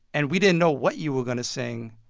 and we didn't know what you were going to sing.